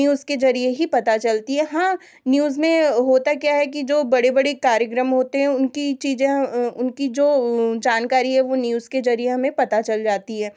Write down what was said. news के जरिए ही पता चलती है हाँ न्यूज़ में होता क्या है कि जो बड़े बड़े कार्यक्रम होते हैं उनकी चीज़ें उनकी जो जानकारी है वह न्यूज़ के जरिए हमें पता चल जाती है